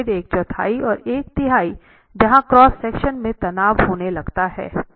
और फिर एक चौथाई और एक तिहाई जहाँ क्रॉस सेक्शन में तनाव होने लगता है